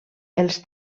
els